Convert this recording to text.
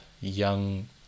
young